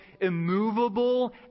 immovable